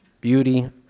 beauty